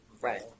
Right